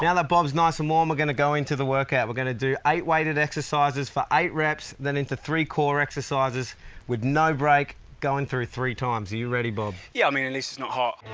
yeah that bob's nice and warm, we're going to go into the workout. we're gonna do eight weighted exercises for eight reps, then into three core exercises with no break, going through it three times are you ready bob? yeah, i mean at least it's not hot.